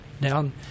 down